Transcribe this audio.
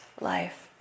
life